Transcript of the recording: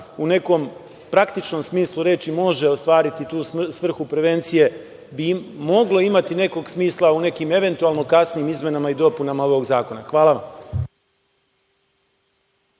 u nekom praktičnom smislu reči može ostvariti tu svrhu prevencije bi moglo imati nekog smisla u nekim eventualno kasnijim izmenama i dopunama ovog zakona. Hvala vam.